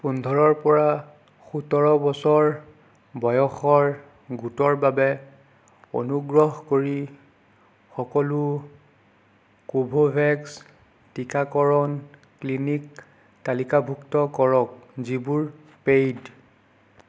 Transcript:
পোন্ধৰৰ পৰা সোতৰ বছৰ বয়সৰ গোটৰ বাবে অনুগ্ৰহ কৰি সকলো কভোভেক্স টীকাকৰণ ক্লিনিক তালিকাভুক্ত কৰক যিবোৰ পেইড